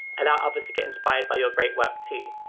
allow others to get inspired by your great work, too.